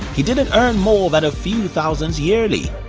he didn't earn more than a few thousands yearly.